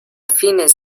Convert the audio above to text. fines